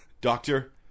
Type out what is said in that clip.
Doctor